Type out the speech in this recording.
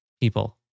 people